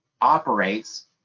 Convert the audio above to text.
operates